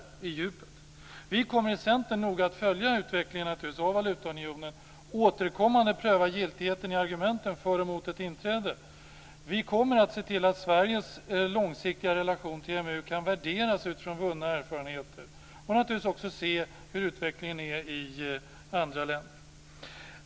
Vi ska naturligtvis i Centern noga följa valutaunionens utveckling och återkommande pröva giltigheten i argumenten för och emot ett inträde. Vi kommer att se till att Sveriges långsiktiga relation till EMU kan värderas utifrån vunna erfarenheter och naturligtvis också se hur utvecklingen fortgår i andra länder.